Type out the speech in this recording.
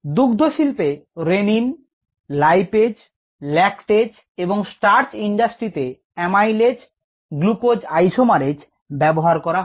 দুগ্ধশিল্পে rennin lipase lactase এবং starch ইন্ডাস্ট্রিতে amylase amylase glucose isomerase ব্যবহার করা হয়